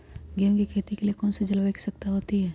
गेंहू की खेती के लिए कौन सी जलवायु की आवश्यकता होती है?